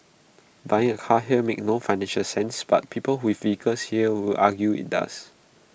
buying A car here makes no financial sense but people with vehicles here will argue IT does